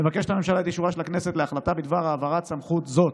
מבקשת הממשלה את אישורה של הכנסת להחלטה בדבר העברת סמכות זאת.